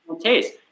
taste